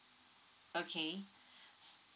okay